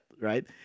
Right